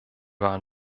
waren